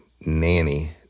nanny